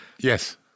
yes